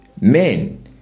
Men